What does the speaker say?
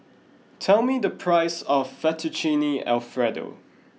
tell me the price of Fettuccine Alfredo